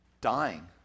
dying